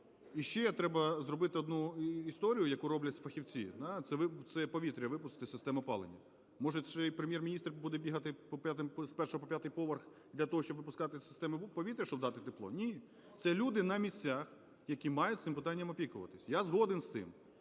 І ще треба зробити одну історію, яку роблять фахівці, да, це повітря випустити з систем опалення. Може, ще й Прем’єр-міністр буде бігати з першого по п'ятий поверх для того, щоб випускати з системи повітря, щоб дати тепло? Ні. Це люди на місцях, які мають цим питанням опікуватися. Я згоден з тим,